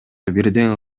бирден